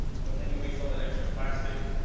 but then you waste all that extra plastic,